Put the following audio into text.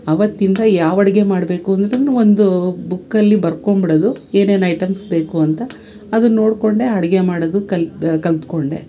ಅವತ್ತಿಂದ ಯಾವ ಅಡುಗೆ ಮಾಡಬೇಕು ಅಂದ್ರು ಒಂದು ಬುಕ್ಕಲ್ಲಿ ಬರ್ಕೊಂಬಿಡೋದು ಏನೇನು ಐಟಮ್ಸ್ ಬೇಕು ಅಂತ ಅದನ್ನು ನೋಡಿಕೊಂಡೇ ಅಡುಗೆ ಮಾಡೋದು ಕಲ್ತು ಕಲಿತ್ಕೊಂಡೆ